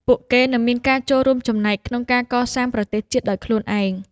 ពួកគេនឹងមានការចូលរួមចំណែកក្នុងការកសាងប្រទេសជាតិដោយខ្លួនឯង។